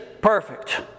perfect